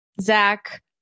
zach